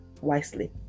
wisely